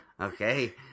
Okay